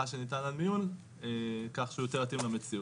שניתן למיון כך שהוא יותר יתאים למציאות.